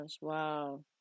Wow